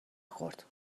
خورد